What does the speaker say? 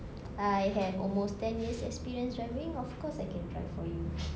I have almost ten years experience driving of course I can drive for you